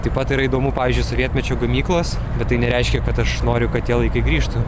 taip pat yra įdomu pavyzdžiui sovietmečio gamyklos bet tai nereiškia kad aš noriu kad tie laikai grįžtų